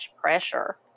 pressure